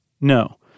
no